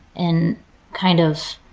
and kind of,